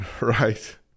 Right